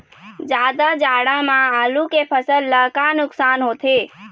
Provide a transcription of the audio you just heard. जादा जाड़ा म आलू के फसल ला का नुकसान होथे?